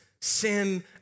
sin